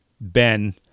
Ben